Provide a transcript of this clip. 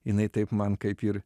jinai taip man kaip ir